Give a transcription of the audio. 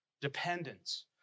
Dependence